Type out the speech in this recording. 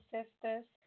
Sisters